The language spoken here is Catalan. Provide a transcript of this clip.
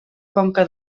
conca